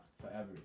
forever